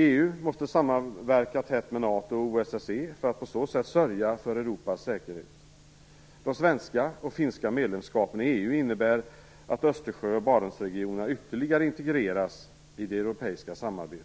EU måste samverka tätt med NATO och OSSE för att på så sätt sörja för Europas säkerhet. De svenska och finska medlemskapen i EU innebär att Östersjö och Barentsregionerna ytterligare integreras i det europeiska samarbetet.